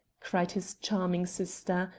cried his charming sister,